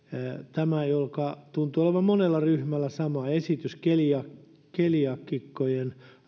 esitys joka tuntui olevan monella ryhmällä sama eli keliaakikkojen